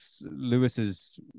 Lewis's